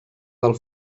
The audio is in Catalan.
del